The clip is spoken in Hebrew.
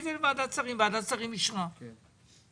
שוועדת השרים אישרה כי זה דבר הומני.